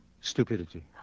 stupidity